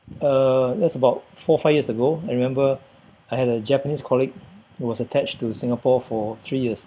uh that's about four five years ago I remember I had a japanese colleague who was attached to Singapore for three years